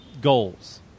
goals